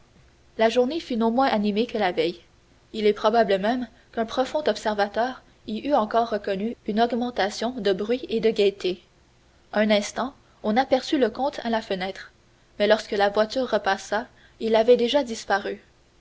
la journée fut non moins animée que la veille il est probable même qu'un profond observateur y eût encore reconnu une augmentation de bruit et de gaieté un instant on aperçut le comte à la fenêtre mais lorsque la voiture repassa il avait déjà disparu